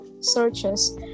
searches